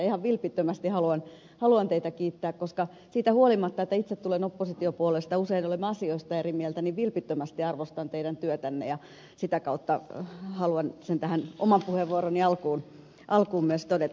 ihan vilpittömästi haluan teitä kiittää koska siitä huolimatta että itse tulen oppositiopuolueesta ja usein olemme asioista eri mieltä niin vilpittömästi arvostan teidän työtänne ja sitä kautta haluan sen tähän oman puheenvuoroni alkuun myös todeta